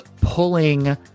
pulling